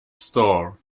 store